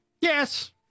Yes